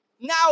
now